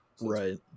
Right